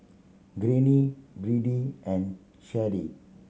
Greene Birdie and Sheri